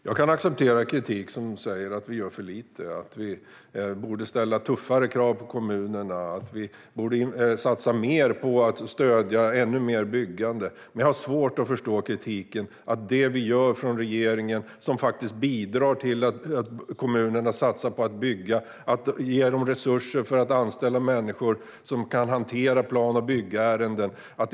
Herr talman! Jag kan acceptera kritik där man säger att vi gör för lite, att vi borde ställa tuffare krav på kommunerna och att vi borde satsa på att stödja ännu mer byggande. Men jag har svårt att förstå denna kritik. Det vi gör i regeringen bidrar faktiskt till att kommunerna satsar på att bygga. Det handlar om att ge dem resurser för att anställa människor som kan hantera plan och byggärenden.